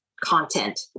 content